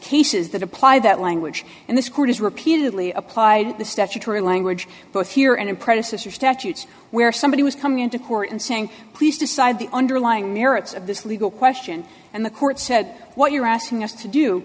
cases that apply that language and this court has repeatedly applied the statutory language both here and in predecessor statutes where somebody was coming into court and saying please decide the underlying merits of this legal question and the court said what you're asking us to do